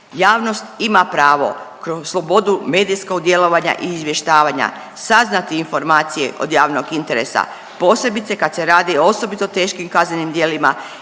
Javnost ima pravo kroz slobodu medijskog djelovanja i izvještavanja saznati informacije od javnog interesa posebice kad se radi o osobito teškim kaznenim djelima